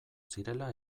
zirela